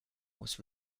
was